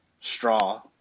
straw